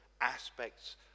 aspects